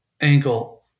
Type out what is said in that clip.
ankle